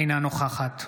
אינה נוכחת